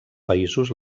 països